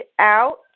out